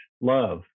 love